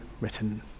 written